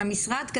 עם המשרד,